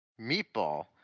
Meatball